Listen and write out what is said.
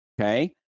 okay